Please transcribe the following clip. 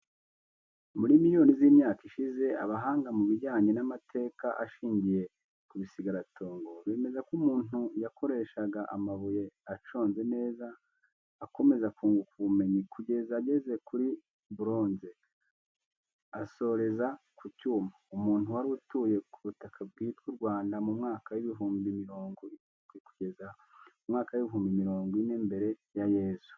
Muri miliyoni z’imyaka ishize, abahanga mu bijyanye n’amateka ashingiye ku bisigaragatongo bemeza ko umuntu yakoreshaga amabuye aconze neza, akomeza kunguka ubumenyi kugeza ageze kuri buronze, asoreza ku cyuma. Umuntu wari utuye ku butaka bwitwa u Rwanda mu mwaka w’ibihumbi mirongo irindwi kugeza mu mwaka w’ibihumbi mirongo ine mbere ya Yezu